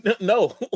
no